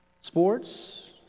Sports